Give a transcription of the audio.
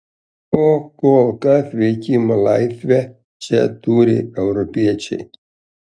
o kol kas veikimo laisvę čia turi europiečiai